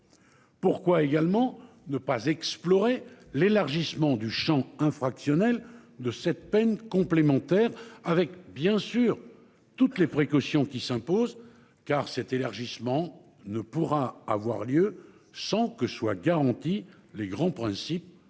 Pourquoi également ne pas explorer l'élargissement du Champ infractionnelle de cette peine complémentaire avec bien sûr toutes les précautions qui s'imposent. Car cet élargissement ne pourra avoir lieu sans que soit garantie les grands principes